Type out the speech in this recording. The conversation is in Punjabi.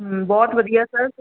ਬਹੁਤ ਵਧੀਆ ਸਰ